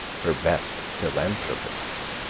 her best philanthropists.